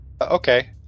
okay